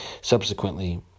subsequently